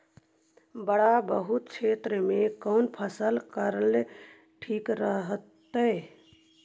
बाढ़ बहुल क्षेत्र में कौन फसल करल ठीक रहतइ?